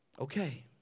Okay